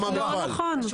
לא מהמפעל.